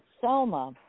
Selma